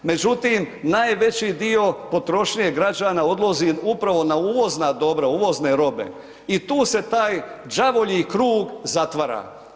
Međutim, najveći dio potrošnje građana odlazi upravo na uvozna dobra, uvozne robe i tu se taj đavolji krug zatvara.